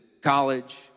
college